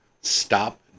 stop